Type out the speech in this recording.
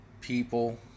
people